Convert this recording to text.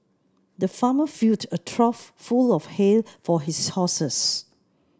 the farmer filled a trough full of hay for his horses